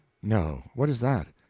no? what is that?